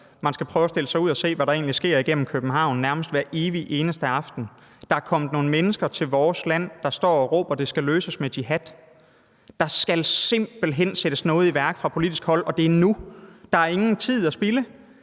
vores gader og stræder og se, hvad der egentlig sker i København nærmest hver evig eneste aften. Der er kommet nogle mennesker til vores land, der står og råber, at det skal løses med jihad. Der skal simpelt hen sættes noget i værk fra politisk hold, og det er nu. Der er ingen tid at spilde.